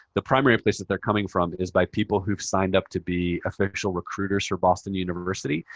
the primary place that they're coming from is by people who've signed up to be official recruiters for boston university.